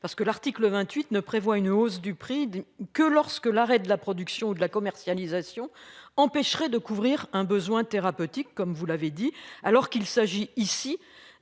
parce que l'article 28 ne prévoit une hausse du prix des que lorsque l'arrêt de la production de la commercialisation empêcherait de couvrir un besoin thérapeutique, comme vous l'avez dit alors qu'il s'agit ici